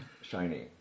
shiny